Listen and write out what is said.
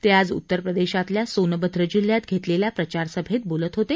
ते आज उत्तर प्रदेशातल्या सोनभद्र जिल्ह्यात घेतलेल्या प्रचारसभेत बोलत होते